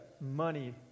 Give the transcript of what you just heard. money